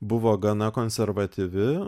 buvo gana konservatyvi